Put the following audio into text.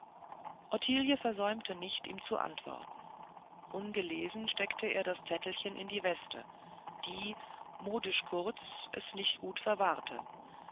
versäumte nicht ihm zu antworten ungelesen steckte er das zettelchen in die weste die modisch kurz es nicht gut verwahrte